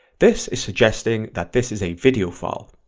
this is suggesting that this is a video file.